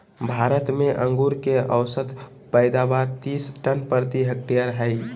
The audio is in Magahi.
भारत में अंगूर के औसत पैदावार तीस टन प्रति हेक्टेयर हइ